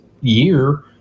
Year